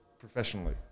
Professionally